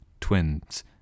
twins